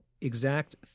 exact